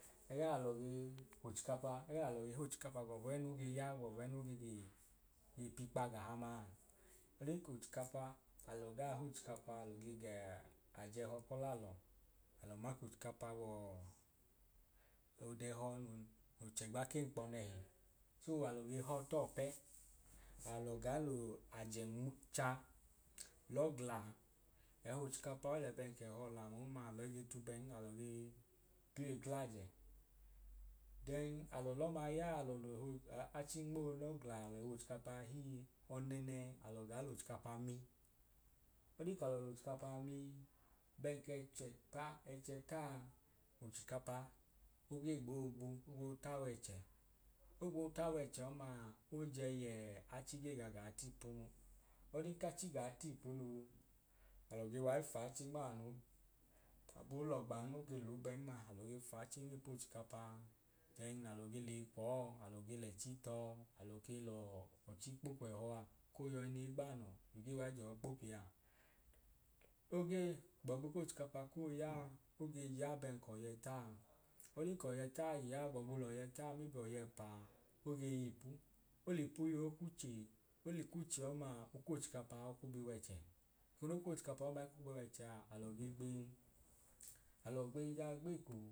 ẹge n’alọ ge h’ochikapa gbọbu e noge ya gbọbu eno ge je p’ikp’agahamaa ọdan k’ochikapa alọ gaa h’ochikapa alọ ge gẹẹ aj’ẹhọ k’ọlalọ. Alọ ma k’ochikapa wọọ ọdẹhọ no chẹgba k’ẹnkpọ nẹhi so alọ ge họọ tọọ pẹ. Alọ gaa luu aje cha lọọ gla. Ẹhochikapa olẹ bẹẹ k’ẹhọ ọlamu n ma alọi ge tubẹn alọ gee piọọ eye kl’ajẹ. Then alọ lọ ma ya alọ l’achi nmoo lọ gla l’ẹhọ chikapaa hii ọnẹnẹ alọ gaa l’ochikapaa mi. oli kalọ l’ochikapa a mi, bẹẹn k’ẹch’ẹta ẹch’ẹtaa ochikapa oge gboo bu gboo ta w’ẹchẹ. Ogboo ta w’ẹchẹ ọmaa ojẹ yẹẹ achi gee ga gaa t’ipunu ọdin ka chi gaa t'ipunuu alọ ge wai faachi nmaanu, abo l’ọgban oke l’ubẹn ma alọ ge faachi mii poo chikapa then alọ ge lei kwọọ alọ ge lẹchi tọọ alọ ke lọọ ọchi kpo kw’ẹhọa ko yọi n’iigbanọ no gee wai jọọ kpo pi a ogee gbọbu k’ochikapaa koo yaa ogee ya bẹẹn k’ọy’ẹtaa. Olin k’ọyẹtaa iya gbọbu l’ọyẹtaa maybe ọy’ẹpa oge yiipu, olipu yọ oku chee oli kwu che ọmaa okw’chikapau ku bi wẹchẹ. Ekono kw’ochikapa ọmai ku bi wẹchẹ a alọ ge gbei, alọ gbei jaa gbekoo